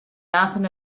nothing